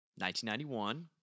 1991